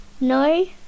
No